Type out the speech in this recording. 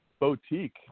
boutique